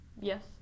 Yes